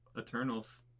Eternals